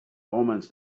omens